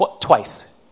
twice